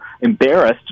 embarrassed